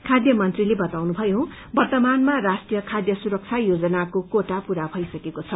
खाद्य मन्त्रीले वताउनुभयो वर्तमानमा राष्ट्रीय खाद्य सुरक्षा योजनको क्रेटा पूरा षइसकेको छ